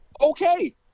okay